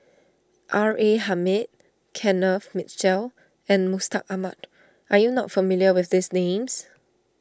R A Hamid Kenneth Mitchell and Mustaq Ahmad are you not familiar with these names